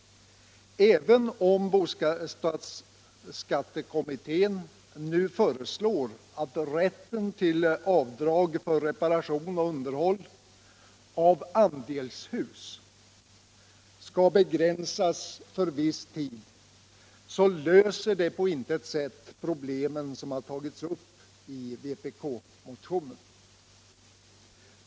Även om bostadsskattekommittén nu föreslår att rätten till avdrag för reparation och underhåll av andelshus skall begränsas för viss tid, löser det på intet sätt det problem som tagits upp i vpk-motionen.